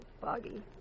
foggy